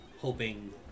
hoping